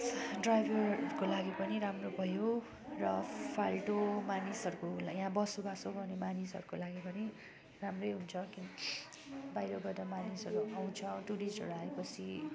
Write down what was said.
ड्राइभरको लागि पनि राम्रो भयो र फाल्तु मानिसहरूको लागि यहाँ बसोबासो गर्ने मानिसहरूको लागि पनि राम्रै हुन्छ किन बाहिरबाट मानिसहरू आउँछ टुरिस्टहरू आए पछि